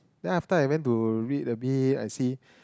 then after I went to read a bit I see